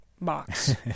box